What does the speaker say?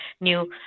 new